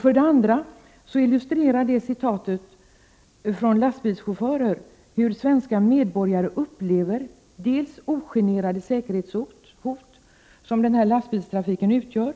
För det andra illustrerar citatet från lastbilschaufförer hur svenska medborgare upplever dels ogenerade säkerhetshot som den här lastbilstrafiken utgör,